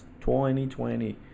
2020